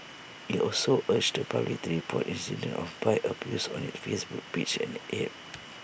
IT also urged the public to report incidents of bike abuse on its Facebook page and app